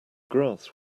grass